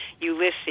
Ulysses